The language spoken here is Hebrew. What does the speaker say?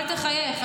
ואל תחייך,